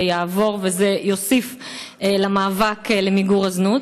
הוא יעבור וזה יוסיף למאבק למיגור הזנות.